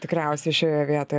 tikriausiai šioje vietoje